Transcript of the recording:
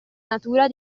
natura